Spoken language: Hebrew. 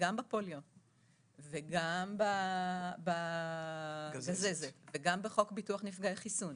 שגם בפוליו וגם בגזזת וגם בחוק ביטוח נפגעי חיסון